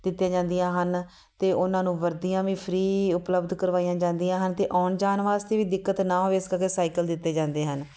ਦਿੱਤੀਆਂ ਜਾਂਦੀਆਂ ਹਨ ਅਤੇ ਉਹਨਾਂ ਨੂੰ ਵਰਦੀਆਂ ਵੀ ਫ੍ਰੀ ਉਪਲੱਬਧ ਕਰਵਾਈਆਂ ਜਾਂਦੀਆਂ ਹਨ ਅਤੇ ਆਉਣ ਜਾਣ ਵਾਸਤੇ ਵੀ ਦਿੱਕਤ ਨਾ ਹੋਵੇ ਇਸ ਕਰਕੇ ਸਾਈਕਲ ਦਿੱਤੇ ਜਾਂਦੇ ਹਨ